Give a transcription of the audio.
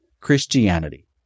Christianity